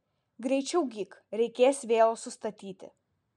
greičiau gyk reikės vėl sustatyti